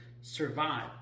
survive